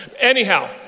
Anyhow